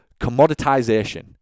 commoditization